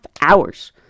hours